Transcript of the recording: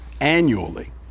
annually